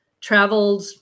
traveled